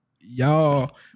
y'all